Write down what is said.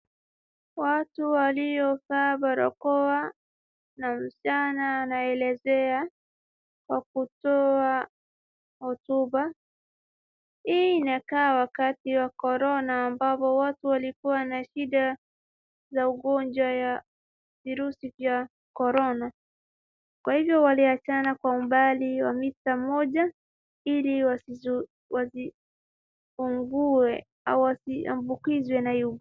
Watu waliovaa barakoa na msichana anaelezea kwa kutoa hotuba, hii inakaa wakati wa korona ambapo watu walikuwa na shida za ugonjwa ya virusi vya korona. Kwa hivyo waliachana kwa umbali wa mita moja ili wasisumbuliwe au wasiambukizwe na huu ugonjwa.